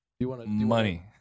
Money